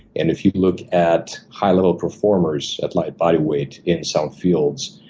and if you look at high level performers at my body weight in some fields.